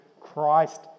Christ